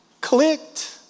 Clicked